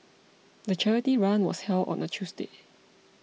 the charity run was held on a Tuesday